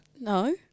No